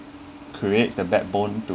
creates the bad born to